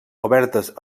obertes